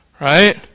Right